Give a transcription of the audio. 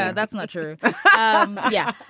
and that's not true um yeah.